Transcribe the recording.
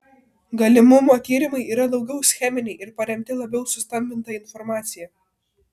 galimumo tyrimai yra daugiau scheminiai ir paremti labiau sustambinta informacija